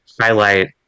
highlight